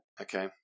Okay